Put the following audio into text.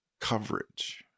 coverage